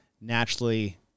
naturally